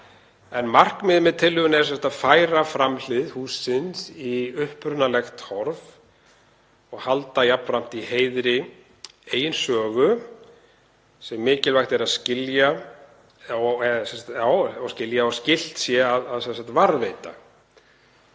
Markmiðið með tillögunni er að færa framhlið hússins í upprunalegt horf og halda jafnframt í heiðri eigin sögu sem mikilvægt er að skilja og skylt er að varðveita.